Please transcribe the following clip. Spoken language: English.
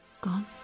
gone